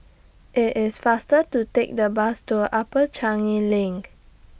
IT IS faster to Take The Bus to Upper Changi LINK